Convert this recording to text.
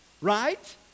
right